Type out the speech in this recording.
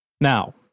Now